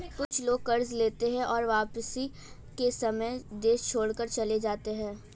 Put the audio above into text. कुछ लोग कर्ज लेते हैं और वापसी के समय देश छोड़कर चले जाते हैं